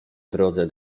drodze